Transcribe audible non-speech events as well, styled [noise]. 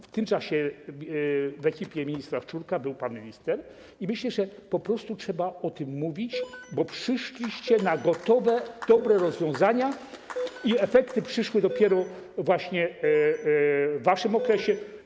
W tym czasie w ekipie ministra Szczurka był pan minister i myślę, że trzeba o tym mówić, [noise] bo przyszliście na gotowe, [applause] dobre rozwiązania i efekty przyszły dopiero w waszym okresie.